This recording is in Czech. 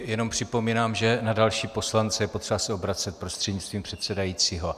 Jenom připomínám, že na další poslance je potřeba se obracet prostřednictvím předsedajícího.